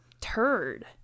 turd